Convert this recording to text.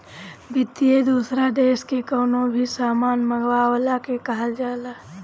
निर्यात दूसरा देस से कवनो भी सामान मंगवला के कहल जाला